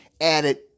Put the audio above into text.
added